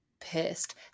pissed